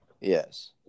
Yes